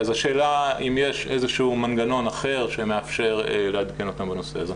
אז השאלה אם יש איזה שהוא מנגנון אחר שמאפשר לעדכן אותם בנושא הזה.